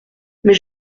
mais